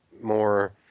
more